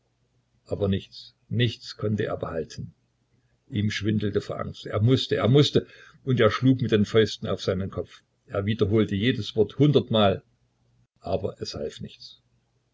aber nichts nichts konnte er behalten ihm schwindelte vor angst er mußte er mußte und er schlug mit den fäusten auf seinen kopf er wiederholte jedes wort hundertmal aber es half nichts